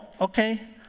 okay